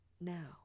now